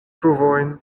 pruvojn